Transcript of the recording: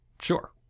Sure